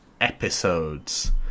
episodes